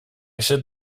should